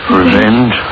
revenge